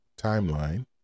timeline